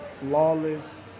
Flawless